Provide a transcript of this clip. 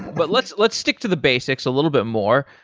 but let's let's stick to the basics a little bit more.